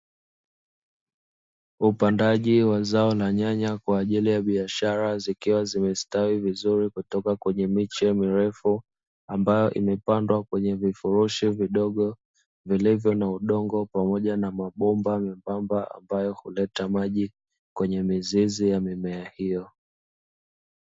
Upandaji wa zao la nyanya kwa ajili ya biashara zikiwa zimestawi vizuri kutoka kwenye miche mirefu ambayo imepandwa kwenye vifurushi vidogo vilivyo na udongo, pamoja na mabomba membamba ambayo huleta maji kwenye mizizi ya mimea hiyo.